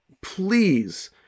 please